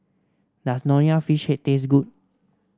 does Nonya Fish Head taste good